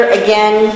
again